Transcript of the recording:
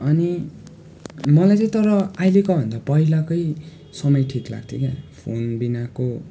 अनि मलाई चाहिँ तर अहिलेको भन्दा पहिलाकै समय ठिक लाग्थ्यो क्या फोन बिनाको